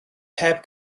heb